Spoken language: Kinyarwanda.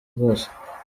rwose